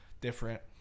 different